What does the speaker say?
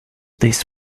this